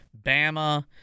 Bama